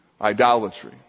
idolatry